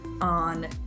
on